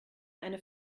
eine